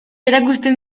erakusten